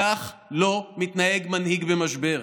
כך לא מתנהג מנהיג במשבר.